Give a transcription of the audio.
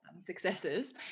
successes